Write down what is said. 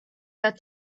have